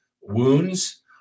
wounds